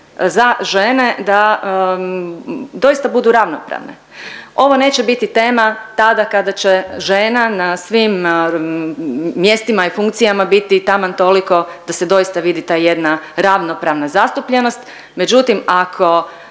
za žene da doista budu ravnopravne. Ovo neće biti tema tada kada će žena na svim mjestima i funkcijama biti taman toliko da se doista vidi ta jedna ravnopravna zastupljenost. Međutim, ako